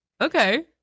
Okay